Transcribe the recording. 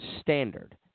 standard